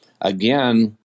again